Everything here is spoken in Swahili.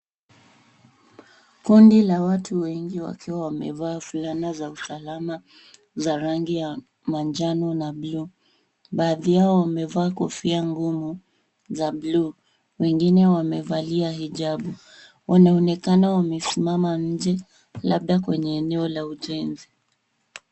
Kundi la watu wengi wakiwa wamevaa fulana za usalama za rangi ya manjano na bluu. Baadhi yao wamevaa kofia ngumu za bluu. Wengine wamevalia hijabu. Wanaonekana wamesimama nje labda kwenye eneo la ujenzi.